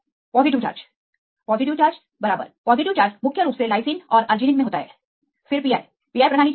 positive charge positive charge बराबर positive charge मुख्य रूप से लाइसिन और अर्जिनिनफिर pi pi प्रणाली क्या है